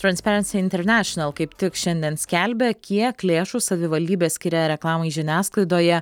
transperansi internašional kaip tik šiandien skelbia kiek lėšų savivaldybė skiria reklamai žiniasklaidoje